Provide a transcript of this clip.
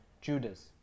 Judas